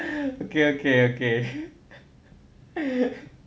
okay okay okay